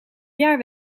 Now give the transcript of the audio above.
jaar